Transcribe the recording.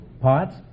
Parts